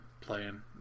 Playing